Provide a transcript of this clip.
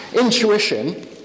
Intuition